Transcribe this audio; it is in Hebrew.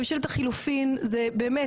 ממשלת החילופין זה באמת,